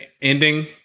ending